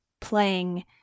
playing